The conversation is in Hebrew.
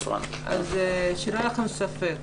שלא יהיה לכם ספק,